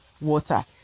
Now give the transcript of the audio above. water